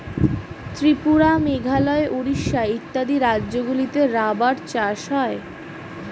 ত্রিপুরা, মেঘালয়, উড়িষ্যা ইত্যাদি রাজ্যগুলিতে রাবার চাষ হয়